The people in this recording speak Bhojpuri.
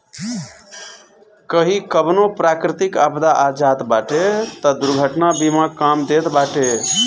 कही कवनो प्राकृतिक आपदा आ जात बाटे तअ दुर्घटना बीमा काम देत बाटे